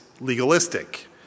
legalistic